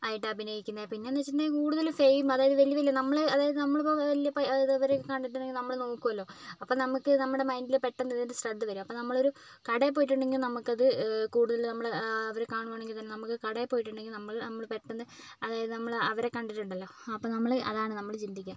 ആയിട്ട് അഭിനയിക്കുന്ന പിന്നെന്ന് വെച്ചിട്ടുണ്ടെങ്കിൽ കൂടുതലും സെയിം അതായത് വലിയ വലിയ നമ്മൾ അതായത് നമ്മളിപ്പോൾ വലിയ അതായത് ഇവരെയൊക്കെ കണ്ടിട്ടുണ്ടെങ്കിൽ നമ്മൾ നോക്കോലോ അപ്പോൾ നമുക്ക് നമ്മുടെ മൈൻഡിൽ പെട്ടെന്ന് നമ്മളൊരു കടയിൽ പോയിട്ടുണ്ടെങ്കിൽ നമുക്കത് കൂടുതൽ നമ്മൾ അവർ കാണുവാണെങ്കിൽ തന്നെ നമുക്ക് കടയിൽ പോയിട്ടൊണ്ടെങ്കിൽ നമ്മൾ നമ്മൾ പെട്ടന്ന് അതായത് നമ്മൾ അവരെ കണ്ടിട്ടുണ്ടല്ലോ അപ്പോൾ നമ്മൾ അതാണ് നമ്മൾ ചിന്തിക്ക